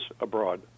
abroad